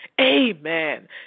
Amen